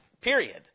period